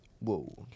Whoa